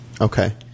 Okay